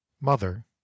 Mother